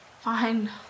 Fine